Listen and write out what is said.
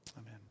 Amen